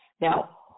Now